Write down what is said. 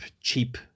cheap